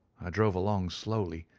i drove along slowly,